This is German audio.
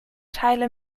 teile